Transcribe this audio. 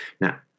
Now